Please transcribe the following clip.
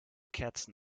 kerzen